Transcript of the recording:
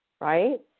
Right